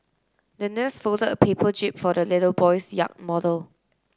the nurse folded a paper jib for the little boy's yacht model